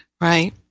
right